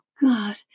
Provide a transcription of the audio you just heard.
God